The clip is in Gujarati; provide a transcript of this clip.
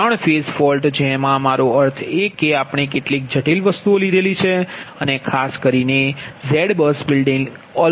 3 ફેઝ ફોલ્ટ જેનો મારો અર્થ છે કે આપણે કેટલીક જટિલ વસ્તુ લીધી છે અને ખાસ કરીને ZBUS બિલ્ડિંગ એલ્ગોરિધમ